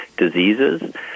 diseases